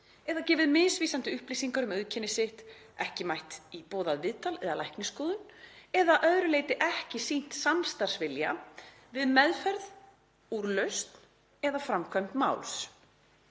eða gefið misvísandi upplýsingar um auðkenni sitt, ekki mætt í boðað viðtal eða læknisskoðun eða að öðru leyti ekki sýnt samstarfsvilja við meðferð, úrlausn eða framkvæmd máls.